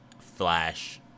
Flash